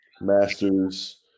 Masters